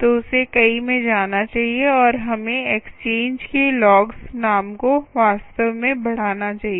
तो उसे कई में जाना चाहिए और हमें एक्सचेंज के लॉग्स नाम को वास्तव में बढ़ाना चाहिए